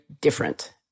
different